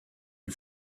you